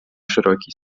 широкий